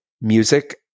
music